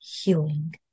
healing